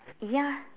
ya